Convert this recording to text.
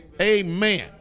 Amen